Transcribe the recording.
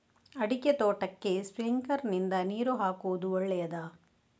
ಅಡಿಕೆ ತೋಟಕ್ಕೆ ಸ್ಪ್ರಿಂಕ್ಲರ್ ನಿಂದ ನೀರು ಹಾಕುವುದು ಒಳ್ಳೆಯದ?